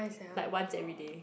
like once everyday